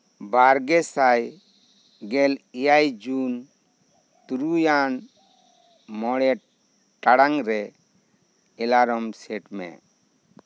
ᱵᱟᱨᱜᱮᱥᱟᱭ ᱜᱮᱞ ᱮᱭᱟᱭ ᱡᱩᱱ ᱛᱩᱨᱩᱭᱟᱱ ᱢᱚᱬᱮ ᱴᱟᱲᱟᱝ ᱨᱮ ᱮᱞᱟᱨᱚᱢ ᱥᱮᱴ ᱢᱮ